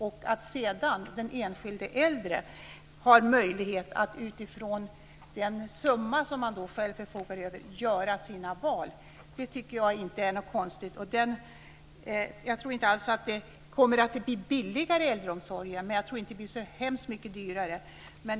Att sedan den enskilde äldre har möjlighet att göra sina val utifrån den summa som han eller hon då själv förfogar över tycker jag inte är något konstigt. Jag tror inte alls att det kommer att bli en billigare äldreomsorg, men jag tror inte heller att den blir så hemskt mycket dyrare.